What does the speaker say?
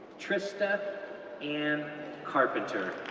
trista ann carpenter,